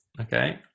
Okay